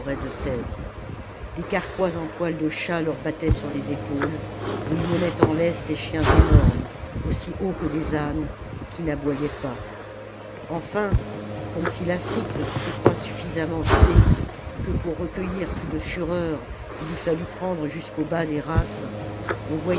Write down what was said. de cèdres des carquois en poils de chat leur battaient sur les épaules et ils menaient en laisse des chiens énormes aussi hauts que des ânes et qui n'aboyaient pas enfin comme si l'afrique ne s'était point suffisamment vidée et que pour recueillir plus de fureurs il eût fallu prendre jusqu'au bas des races on